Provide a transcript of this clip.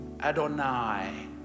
Adonai